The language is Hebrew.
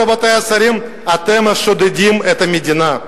רבותי השרים, אתם השודדים את המדינה,